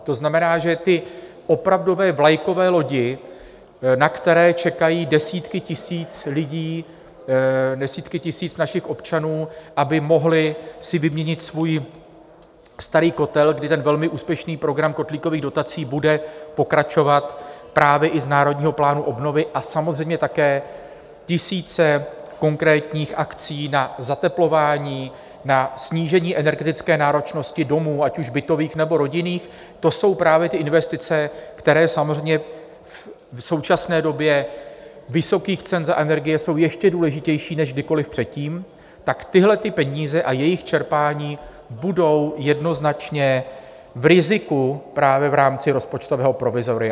To znamená, že ty opravdové vlajkové lodi, na které čekají desítky tisíc lidí, desítky tisíc našich občanů, aby si mohli vyměnit svůj starý kotel, kdy velmi úspěšný program kotlíkových dotací bude pokračovat právě i z Národního plánu obnovy, a samozřejmě také tisíce konkrétních akcí na zateplování, na snížení energetické náročnosti domů, ať už bytových, nebo rodinných, to jsou právě ty investice, které samozřejmě v současné době vysokých cen za energie jsou ještě důležitější než kdykoliv předtím, tak tyhle peníze a jejich čerpání budou jednoznačně v riziku právě v rámci rozpočtového provizoria.